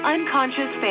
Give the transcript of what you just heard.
Unconscious